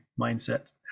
mindsets